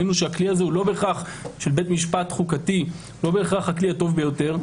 ראינו שהכלי של בית משפט חוקתי הוא לא בהכרח הכלי הטוב ביותר.